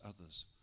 others